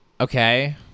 Okay